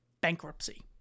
bankruptcy